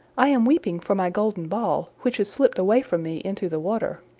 i am weeping for my golden ball, which has slipped away from me into the water.